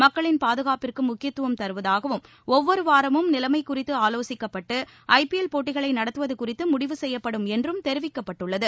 மக்களின் பாதுகாப்பிற்கு முக்கியத்துவம் தருவதாகவும் ஒவ்வொரு வாரமும் நிலைமை குறித்து ஆலோசிக்கப்பட்டு ஐ பி எல் போட்டிகளை நடத்துவது குறித்து முடிவு செய்யப்படும் என்றும் தெரிவித்துள்ளார்